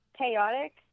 Chaotic